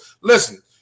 Listen